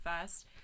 first